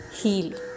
Heal